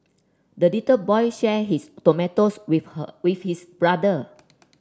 the little boy shared his tomatoes with her with his brother